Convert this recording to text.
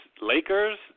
Lakers